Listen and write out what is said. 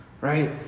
right